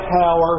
power